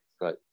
Right